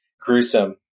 gruesome